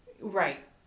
Right